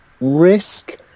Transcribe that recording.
risk